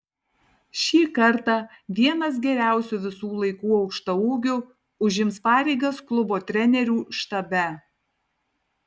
šį kartą vienas geriausių visų laikų aukštaūgių užims pareigas klubo trenerių štabe